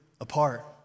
apart